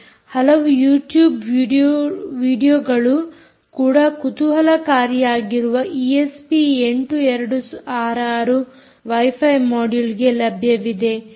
ಹಲವು YouTube video ಗಳು ಕೂಡ ಕುತೂಹಲಕಾರಿಯಾಗಿರುವ ಈಎಸ್ಪಿ 8266 ವೈಫೈ ಮೊಡ್ಯುಲ್ಗೆ ಲಭ್ಯವಿದೆ